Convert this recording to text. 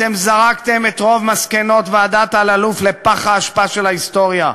אתם זרקתם את רוב מסקנות ועדת אלאלוף לפח האשפה של ההיסטוריה.